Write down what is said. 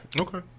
Okay